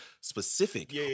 specific